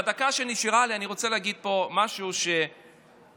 בדקה שנשארה לי אני רוצה להגיד פה משהו, אני